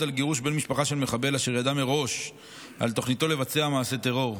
על גירוש בן משפחה של מחבל אשר ידע מראש על תוכניתו לבצע מעשה טרור,